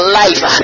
life